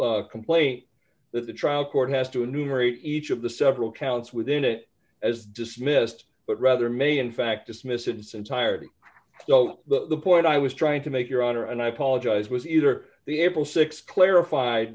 or complaint that the trial court has to enumerate each of the several counts within it as dismissed but rather may in fact dismiss its entirety so the point i was trying to make your honor and i apologize was either the april th clarif